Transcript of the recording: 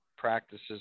practices